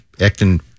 acting